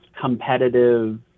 competitive